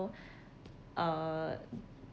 uh